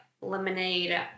lemonade